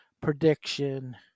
prediction